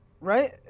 right